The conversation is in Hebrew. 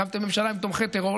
הקמתם ממשלה עם תומכי טרור,